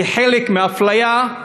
כחלק מהאפליה,